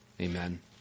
Amen